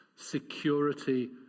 security